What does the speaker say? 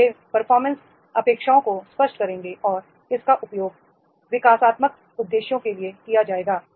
तो ये परफॉर्मेंस अपेक्षाओं को स्पष्ट करेंगे और इसका उपयोग विकासात्मक उद्देश्यों के लिए किया जाएगा